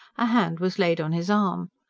a hand was laid on his arm.